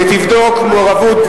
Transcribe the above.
תודה רבה.